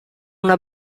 una